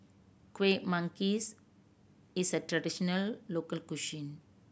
Kuih Manggis is a traditional local cuisine